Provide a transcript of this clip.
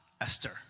Esther